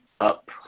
Up